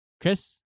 Chris